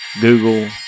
Google